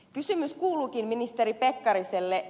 kysymys kuuluukin ministeri pekkariselle